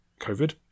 COVID